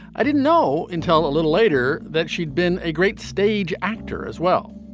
i didn't know until a little later that she'd been a great stage actor as well.